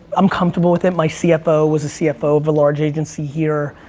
i'm comfortable with it. my cfo was a cfo of a large agency here.